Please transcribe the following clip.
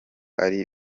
ari